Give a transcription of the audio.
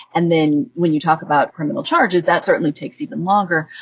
and then when you talk about criminal charges, that certainly takes even longer.